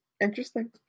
interesting